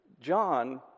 John